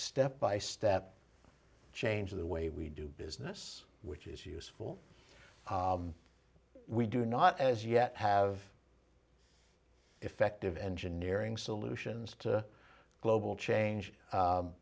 step by step change the way we do business which is useful we do not as yet have effective engineering solutions to global change